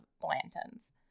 Blanton's